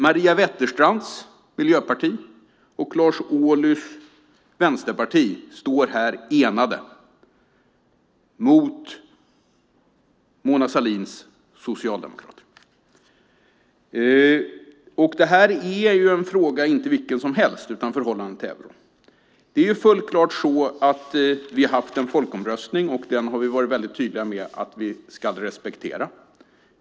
Maria Wetterstrands Miljöpartiet och Lars Ohlys Vänsterpartiet står här enade mot Mona Sahlins Socialdemokraterna. Förhållandet till euron är inte en fråga vilken som helst. Det är fullt klart så att vi har haft en folkomröstning, och den har vi varit tydliga med att vi ska respektera.